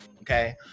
okay